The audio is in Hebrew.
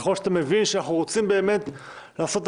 ככל שאתה מבין שאנחנו רוצים לעשות את